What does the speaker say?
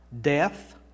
death